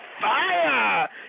fire